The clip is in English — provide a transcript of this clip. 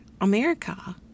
America